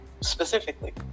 specifically